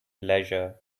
leisure